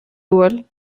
duel